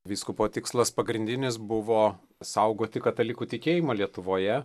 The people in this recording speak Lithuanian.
vyskupo tikslas pagrindinis buvo saugoti katalikų tikėjimą lietuvoje